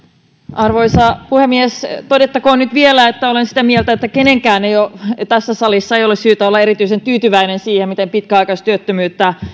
arvoisa puhemies todettakoon nyt vielä että olen sitä mieltä että kenenkään tässä salissa ei ole syytä olla erityisen tyytyväinen siihen miten pitkäaikaistyöttömyyttä